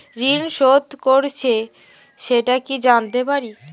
ঋণ শোধ করেছে সেটা কি জানতে পারি?